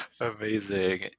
Amazing